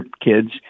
kids